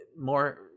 more